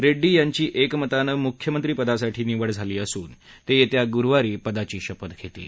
रेङ्डी यांची एकमतांनी मुख्यमंत्री पदासाठी निवड झाली असून ते येत्या गुरुवारी पदाची शपथ घेतील